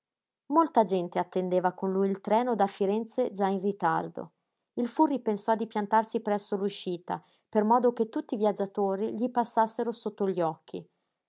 molta gente attendeva con lui il treno da firenze già in ritardo il furri pensò di piantarsi presso l'uscita per modo che tutti i viaggiatori gli passassero sotto gli occhi